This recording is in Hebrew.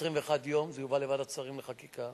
21 יום, זה יובא לוועדת שרים לחקיקה.